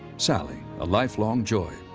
sally, a lifelong joy,